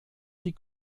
die